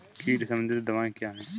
कीट संबंधित दवाएँ क्या हैं?